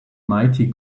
mighty